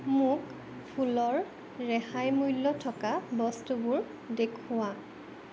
মোক ফুলৰ ৰেহাই মূল্য থকা বস্তুবোৰ দেখুওৱা